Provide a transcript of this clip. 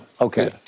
Okay